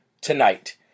tonight